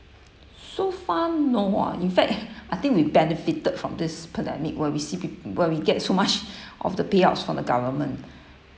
so far no ah in fact I think we benefited from this pandemic where we see pe~ where we get so much of the payouts from the government